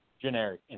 generic